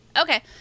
Okay